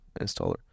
installer